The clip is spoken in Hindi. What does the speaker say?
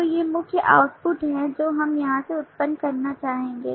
तो ये मुख्य आउटपुट हैं जो हम यहां से उत्पन्न करना चाहेंगे